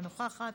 אינה נוכחת,